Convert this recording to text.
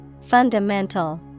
Fundamental